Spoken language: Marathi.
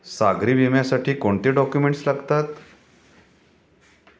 सागरी विम्यासाठी कोणते डॉक्युमेंट्स लागतात?